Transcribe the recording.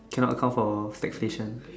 cannot count for flag station